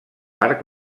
parc